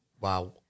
wow